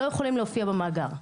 לא יכולים להופיע במאגר,